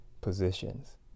positions